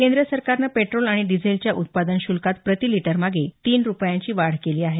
केंद्र सरकारनं पेट्रोल आणि डिझेलच्या उत्पादन शुल्कात प्रति लिटरमागे तीन रुपयांची वाढ केली आहे